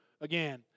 again